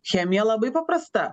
chemija labai paprasta